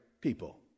people